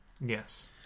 Yes